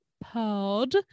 Pod